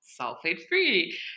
sulfate-free